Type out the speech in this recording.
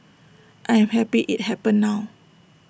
I am happy IT happened now